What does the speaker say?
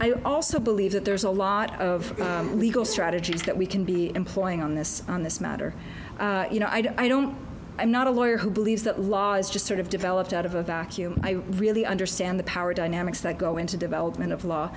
i also believe that there's a lot of legal strategies that we can be employing on this on this matter you know i don't i'm not a lawyer who believes that laws just sort of developed out of a vacuum i really understand the power dynamics that go into development of law